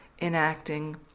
enacting